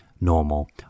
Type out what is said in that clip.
normal